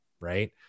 Right